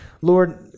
Lord